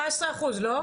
17%, לא?